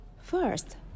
first